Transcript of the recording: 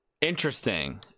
Interesting